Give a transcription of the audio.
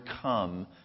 come